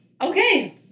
okay